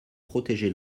protéger